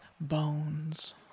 bones